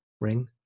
Ring